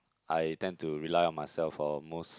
I tend to rely on myself for almost